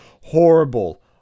horrible